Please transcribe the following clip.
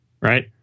right